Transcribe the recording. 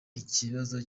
ikibazo